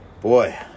Boy